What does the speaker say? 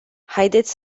haideți